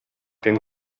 den